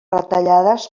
retallades